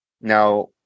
now